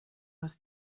aus